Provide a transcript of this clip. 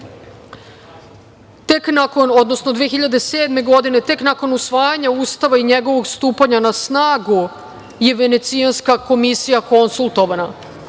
komisiju. Podsetiću, 2007. godine, tek nakon usvajanja Ustava i njegovog stupanja na snagu je Venecijanska komisija konsultovana,